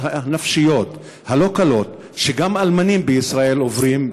הנפשיות הלא-קלות שגם אלמנים בישראל עוברים,